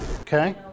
Okay